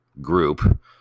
group